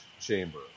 chamber